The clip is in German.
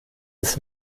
des